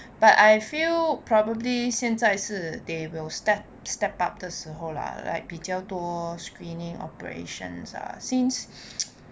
but I feel probably 现在是 they will step step up 的时候 lah like 比较多 screening operations since